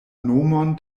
nomon